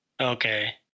Okay